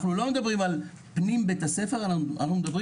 אנחנו לא מדברים על פנים בית הספר אלא אנחנו מדברים